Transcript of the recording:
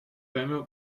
premio